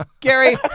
Gary